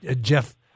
Jeff